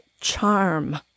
charm